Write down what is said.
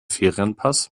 ferienpass